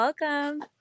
Welcome